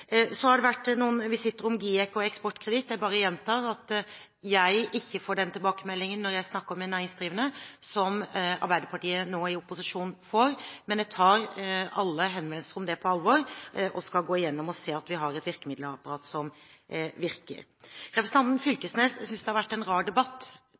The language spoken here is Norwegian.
Så har det vært noen visitter til GIEK og eksportkreditt. Jeg bare gjentar at jeg ikke får den tilbakemeldingen når jeg snakker med næringsdrivende som Arbeiderpartiet nå i opposisjon får, men jeg tar alle henvendelser om det på alvor og vil gå igjennom og se til at vi har et virkemiddelapparat som virker. Representanten Knag Fylkesnes synes det har vært en rar debatt.